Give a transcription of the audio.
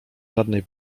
żadnej